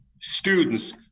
students